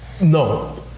No